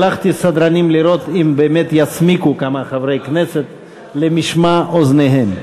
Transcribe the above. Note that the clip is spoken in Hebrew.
שלחתי סדרנים לראות אם באמת יסמיקו כמה חברי כנסת למשמע אוזניהם.